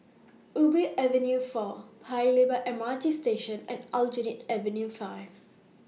Ubi Avenue four Paya Lebar M R T Station and Aljunied Avenue five